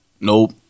Nope